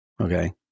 Okay